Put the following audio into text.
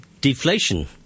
deflation